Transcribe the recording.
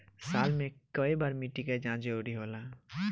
साल में केय बार मिट्टी के जाँच जरूरी होला?